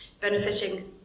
benefiting